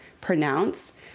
pronounced